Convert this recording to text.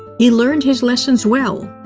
he learned his lessons well.